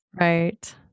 Right